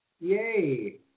Yay